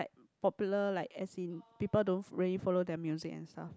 popular like as in people don't really follow their music and stuff